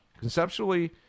conceptually –